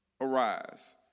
arise